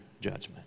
judgment